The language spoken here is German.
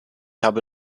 habe